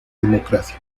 democracia